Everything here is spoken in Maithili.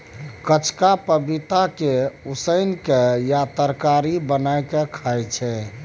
कचका पपीता के उसिन केँ या तरकारी बना केँ खाइ छै